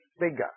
bigger